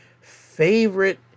favorite